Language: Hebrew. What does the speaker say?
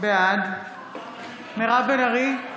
בעד מירב בן ארי,